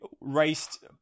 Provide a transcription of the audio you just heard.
raced